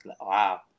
Wow